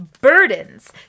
Burdens